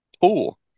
pool